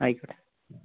ആയിക്കോട്ടെ